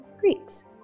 Greeks